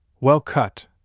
well-cut